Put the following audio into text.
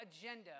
agenda